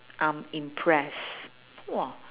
I'm impressed !wah!